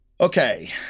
Okay